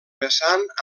vessant